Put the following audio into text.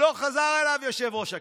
לא חזר אליו יושב-ראש הכנסת.